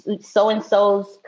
so-and-so's